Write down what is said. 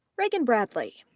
reagan bradley,